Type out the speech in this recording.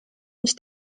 mis